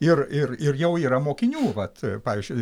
ir ir ir jau yra mokinių vat pavyzdžiui